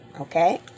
okay